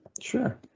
Sure